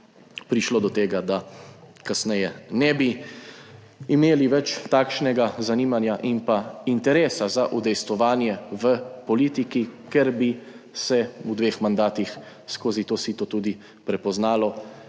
prišlo do tega, da kasneje ne bi imeli več takšnega zanimanja in pa interesa za udejstvovanje v politiki, ker bi se v dveh mandatih skozi to sito tudi prepoznalo,